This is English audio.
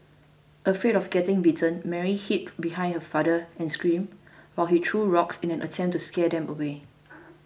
afraid of getting bitten Mary hid behind her father and screamed while he threw rocks in an attempt to scare them away